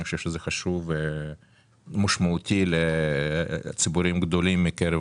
אני חושב שזה חוק חשוב ומשמעותי לציבורים גדולים מקרב